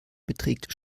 beträgt